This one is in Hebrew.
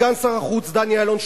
סגן שר החוץ דני אילון,